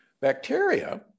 bacteria